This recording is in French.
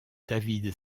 david